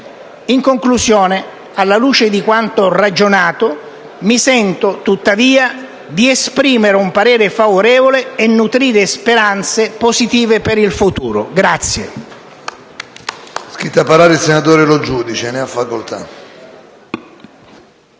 In conclusione, alla luce di quanto ragionato mi sento tuttavia di esprimere un parere favorevole e nutrire speranze positive per il futuro.